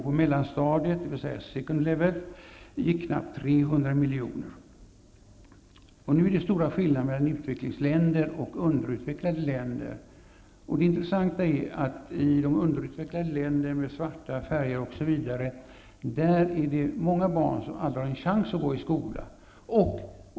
På mellanstadiet -- second level -- går knappt 300 Det är stora skillnader mellan utvecklingsländer och underutvecklade länder. I de underutvecklade länderna med svarta, färgade osv. får många barn aldrig en chans att gå i skola.